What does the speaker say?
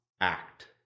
act